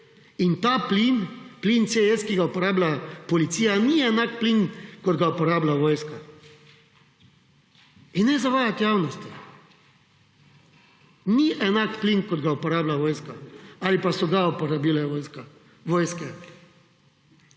In ta plin, plin / nerazumljivo/, ki ga uporablja policija, ni enak plin, kot ga uporablja vojska in ne zavajat javnosti. Ni enak plin, kot ga uporablja vojska ali pa so ga uporabile vojske.